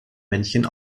männchen